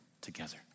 together